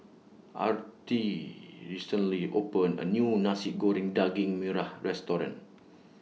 Arl Ti recently opened A New Nasi Goreng Daging Merah Restaurant